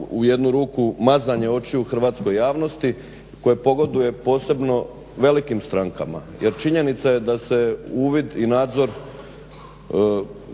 u jednu ruku mazanje očiju hrvatskoj javnosti koja pogoduje posebno velikim strankama. Jer činjenica je da se uvid i nadzor